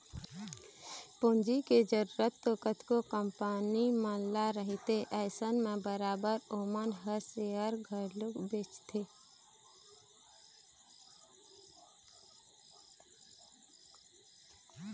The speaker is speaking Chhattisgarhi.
पूंजी के जरुरत तो कतको कंपनी मन ल रहिथे अइसन म बरोबर ओमन ह सेयर घलोक बेंचथे